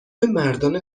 مردان